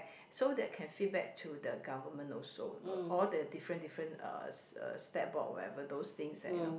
so that can feedback to the government also uh all the different different uh uh stat board whatever those things that you know